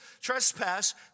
trespass